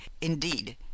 indeed